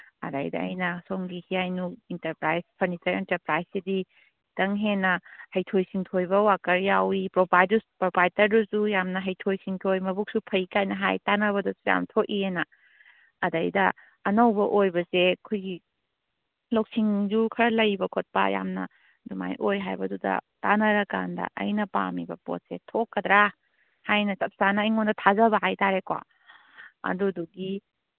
ꯑꯗꯩꯗ ꯑꯩꯅ ꯁꯣꯝꯒꯤ ꯍꯤꯌꯥꯏꯅꯨ ꯏꯟꯇꯔꯄ꯭ꯔꯥꯏꯁ ꯐꯔꯅꯤꯆꯔ ꯏꯟꯇꯔꯄ꯭ꯔꯥꯏꯁ ꯁꯤꯗꯤ ꯈꯤꯇꯪ ꯍꯦꯟꯅ ꯍꯩꯊꯣꯏ ꯁꯤꯡꯊꯣꯏꯕ ꯋꯥꯀꯔ ꯌꯥꯎꯋꯤ ꯄꯣꯄꯥꯏꯇꯔꯗꯨꯁꯨ ꯌꯥꯝꯅ ꯍꯩꯊꯣꯏ ꯁꯤꯡꯊꯣꯏ ꯃꯕꯨꯛꯁꯨ ꯐꯩ ꯀꯥꯏꯅ ꯍꯥꯏ ꯇꯥꯅꯕꯗꯁꯨ ꯌꯥꯝ ꯊꯣꯛꯏꯅ ꯑꯗꯩꯗ ꯑꯅꯧꯕ ꯑꯣꯏꯕꯁꯦ ꯑꯩꯈꯣꯏꯒꯤ ꯂꯧꯁꯤꯡꯁꯨ ꯈꯔ ꯂꯩꯕ ꯈꯣꯠꯄ ꯌꯥꯝꯅ ꯑꯗꯨꯃꯥꯏꯅ ꯑꯣꯏ ꯍꯥꯏꯕꯗꯨꯗ ꯇꯥꯅꯔꯀꯥꯟꯗ ꯑꯩꯅ ꯄꯥꯝꯃꯤꯕ ꯄꯣꯠꯁꯦ ꯊꯣꯛꯀꯗ꯭ꯔꯥ ꯍꯥꯏꯅ ꯆꯞ ꯆꯥꯅ ꯑꯩꯉꯣꯟꯗ ꯊꯥꯖꯕ ꯍꯥꯏ ꯇꯥꯔꯦꯀꯣ ꯑꯗꯨꯗꯨꯒꯤ